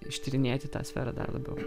ištyrinėti tą sferą dar labiau